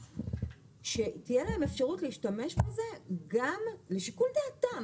שתהיה להם אפשרות להשתמש בזה גם לשיקול דעתם.